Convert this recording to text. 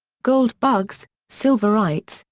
goldbugs, silverites,